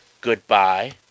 goodbye